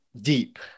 deep